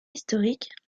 historique